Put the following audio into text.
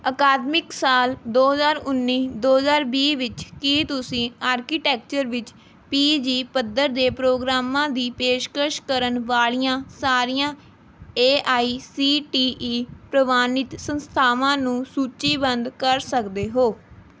ਅਕਾਦਮਿਕ ਸਾਲ ਦੋ ਹਜ਼ਾਰ ਉੱਨੀ ਦੋ ਹਜ਼ਾਰ ਵੀਹ ਵਿੱਚ ਕੀ ਤੁਸੀਂ ਆਰਕੀਟੈਕਚਰ ਵਿੱਚ ਪੀ ਜੀ ਪੱਧਰ ਦੇ ਪ੍ਰੋਗਰਾਮਾਂ ਦੀ ਪੇਸ਼ਕਸ਼ ਕਰਨ ਵਾਲ਼ੀਆਂ ਸਾਰੀਆਂ A I C T E ਪ੍ਰਵਾਨਿਤ ਸੰਸਥਾਵਾਂ ਨੂੰ ਸੂਚੀਬੰਧ ਕਰ ਸਕਦੇ ਹੋ